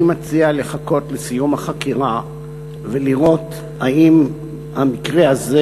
אני מציע לחכות לסיום החקירה ולראות אם המקרה הזה